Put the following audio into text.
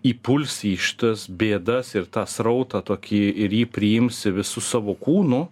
įpulsi į šitas bėdas ir tą srautą tokį ir jį priimsi visu savo kūnu